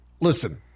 listen